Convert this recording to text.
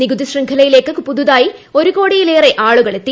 നികുതി ശൃംഖലയിലേക്ക് പുതുതായി ഒരുകോടിയിലേറെ ആളുകൾ എത്തി